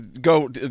go